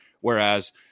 whereas –